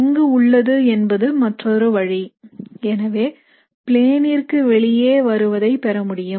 எங்கு உள்ளது என்பது மற்றொரு வழி எனவே பிளேனிர்க்கு வெளியே வருவதை பெறமுடியும்